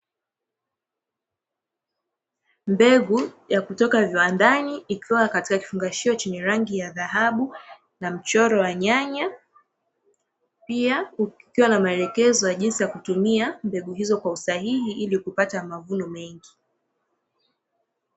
Mbegu ya kutoka viwandani, ikiwa katika kifungashio chenye rangi ya dhahabu na mchoro wa nyanya, pia huku kukiwa na maelekezo ya jinsi ya kutumia mbegu hizo kwa usahihi ili kupata mavuno mengi.